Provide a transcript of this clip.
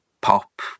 pop